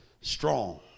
strong